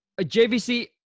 JVC